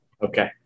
Okay